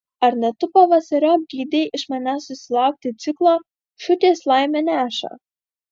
ar ne tu pavasariop geidei iš manęs susilaukti ciklo šukės laimę neša